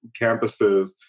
campuses